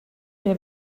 wer